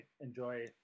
enjoy